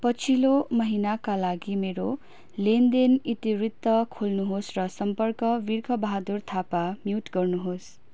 पछिल्लो महिनाका लागि मेरो लेनदेन इतिवृत्त खोल्नुहोस् र सम्पर्क बिर्ख बहादुर थापा म्युट गर्नुहोस्